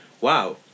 wow